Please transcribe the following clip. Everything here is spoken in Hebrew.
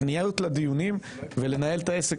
שמבחינת הפניות לדיונים ולניהול העסק